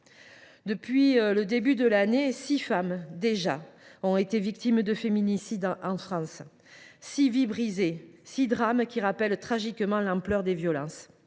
Depuis le début de l’année, six femmes – déjà !– ont été victimes de féminicides en France. Six vies brisées, six drames qui rappellent tragiquement l’ampleur de ces violences.